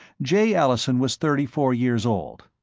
jay allison was thirty-four years old.